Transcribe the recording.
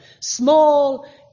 small